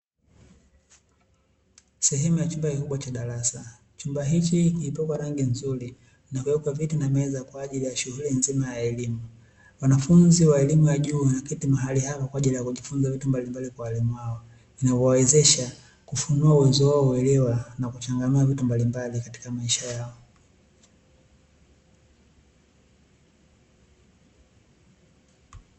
Sehemu ya chumba kikubwa cha darasa chumba hiki kimepakwa rangi nzuri na kuwekwa viti na meza kwa ajili ya shughuli nzima ya elimu. Wanafunzi wa elimu ya juu wameketi mahali hapa kwa ajili ya kujifunza vitu mbalimbali kwa walimu wao vinavyowawezesha kufunua uwezo wao uelewa na kuchanganua vitu mbalimbali katika maisha yao.